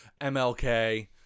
MLK